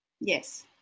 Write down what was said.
Yes